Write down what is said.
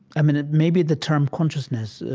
i mean, it may be the term consciousness,